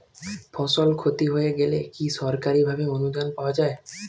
ফসল ক্ষতি হয়ে গেলে কি সরকারি ভাবে অনুদান পাওয়া য়ায়?